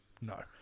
No